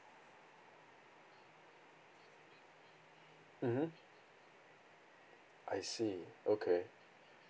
mmhmm I see okay